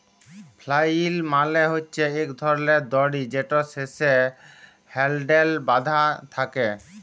flail মালে হছে ইক ধরলের দড়ি যেটর শেষে হ্যালডেল বাঁধা থ্যাকে